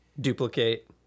duplicate